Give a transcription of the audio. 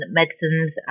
medicines